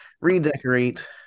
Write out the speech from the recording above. redecorate